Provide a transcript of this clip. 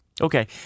Okay